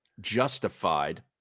Justified